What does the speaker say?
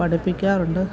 പഠിപ്പിക്കാറുണ്ട്